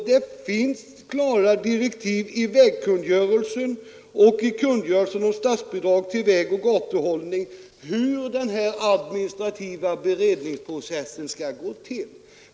Det finns klara direktiv i vägkungörelsen och kungörelsen om statsbidrag till vägoch gatuhållning om hur denna administrativa beredningsprocess skall gå till.